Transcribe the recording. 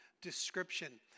description